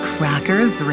Crackers